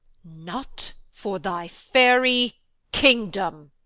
not for thy fairy kingdom.